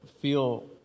feel